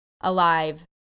Alive